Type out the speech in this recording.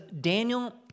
Daniel